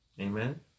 Amen